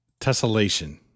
Tessellation